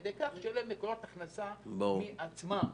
וזה על ידי כך שיהיו להן מקורות הכנסה של עצמן.